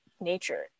nature